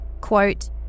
Quote